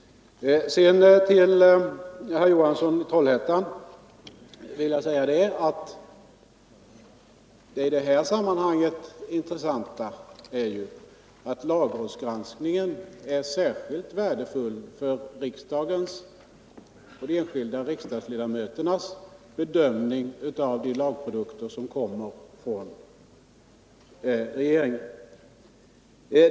Sedan vill jag säga till herr Johansson i Trollhättan att det intressanta i detta sammanhang är ju att lagrådsgranskningen är särskilt värdefull för riksdagens och de enskilda riksdagsledamöternas bedömning av de lagprodukter som regeringen lägger fram.